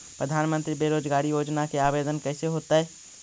प्रधानमंत्री बेरोजगार योजना के आवेदन कैसे होतै?